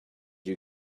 you